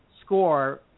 score